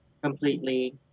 completely